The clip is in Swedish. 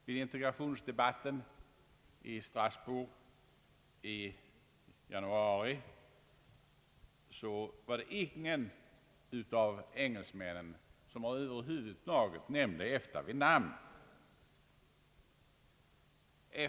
Vid integrationsdebatten i Strasbourg i januari nämnde över huvud taget inte någon av engelsmännen EFTA vid namn.